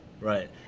right